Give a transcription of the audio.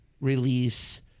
release